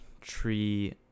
tree